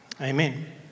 Amen